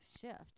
shift